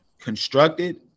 constructed